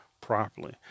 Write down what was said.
properly